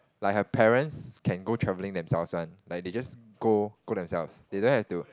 like her parents can go travelling themselves one like they just go go themselves they don't have to